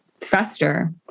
fester